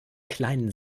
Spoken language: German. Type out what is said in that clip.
kleinen